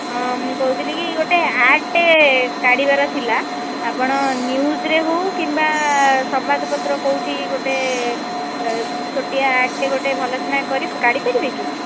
ହଁ ମୁଁ କହୁଥିଲି କି ଗୋଟେ ଆଡ୍ଟେ କାଢ଼ିବାର ଥିଲା ଆପଣ ନିଉଜ୍ରେ ହେଉ କିମ୍ବା ସମ୍ବାଦପତ୍ର କୋଉଠି ଗୋଟେ ଛୋଟିଆ ଆଡ୍ଟେ ଗୋଟେ ଭଲକିନା କାଢ଼ିପାରିବେ କି